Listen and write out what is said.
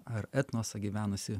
ar etnosą gyvenusį